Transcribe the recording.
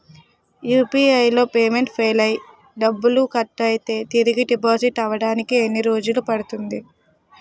UPI లో payment fail అయ్యి డబ్బులు కట్ అయితే తిరిగి డిపాజిట్ అవ్వడానికి ఎన్ని రోజులు పడుతుంది?